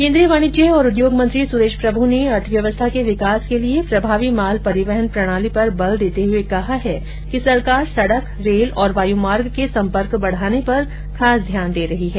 केंद्रीय वाणिज्य और उद्योग मंत्री सुरेश प्रभू ने अर्थव्यवस्था के विकास के लिए प्रभावी माल परिवहन प्रणाली पर बल देते हुए कहा है कि सरकार सड़क रेल और वायुमार्ग के संपर्क बढ़ाने पर खास ध्यान दे रही है